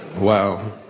WOW